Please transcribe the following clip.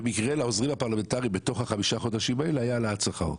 במקרה לעוזרים הפרלמנטריים בתוך ה-5 חודשים האלה הייתה העלאת שכר.